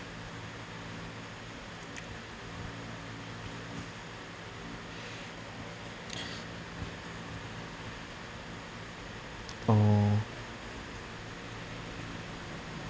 oh